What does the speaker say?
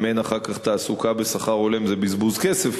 אם אין אחר כך תעסוקה בשכר הולם זה בזבוז כסף,